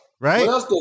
Right